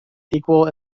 equal